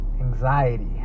Anxiety